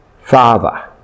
father